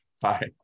Bye